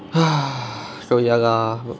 !haiya! lah